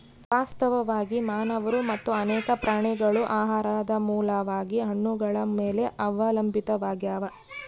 ವಾಸ್ತವವಾಗಿ ಮಾನವರು ಮತ್ತು ಅನೇಕ ಪ್ರಾಣಿಗಳು ಆಹಾರದ ಮೂಲವಾಗಿ ಹಣ್ಣುಗಳ ಮೇಲೆ ಅವಲಂಬಿತಾವಾಗ್ಯಾವ